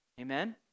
Amen